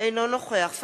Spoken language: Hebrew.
אינו נוכח אברהים צרצור,